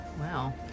wow